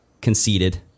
conceded